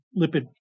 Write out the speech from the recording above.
lipid